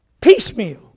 piecemeal